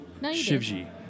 Shivji